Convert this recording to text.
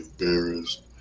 embarrassed